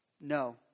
No